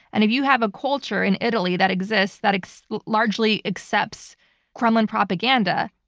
and if you have a culture in italy that exists, that largely accepts kremlin propaganda,